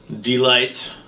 delight